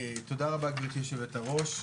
רבה, גברתי היושבת-ראש.